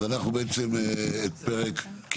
אז אנחנו בעצם, כן?